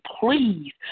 please